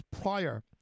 prior